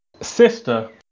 Sister